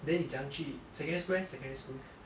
then 你怎样去 secondary school eh secondary school